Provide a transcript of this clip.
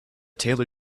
taylor